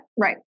right